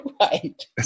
Right